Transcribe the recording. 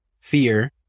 fear